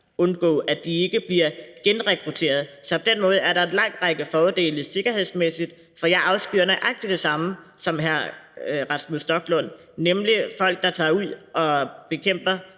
altså at de ikke bliver genrekrutteret. Så på den måde er der en lang række fordele sikkerhedsmæssigt. For jeg afskyer nøjagtig det samme, som hr. Rasmus Stoklund, nemlig folk, der tager ud og bekæmper